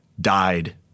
died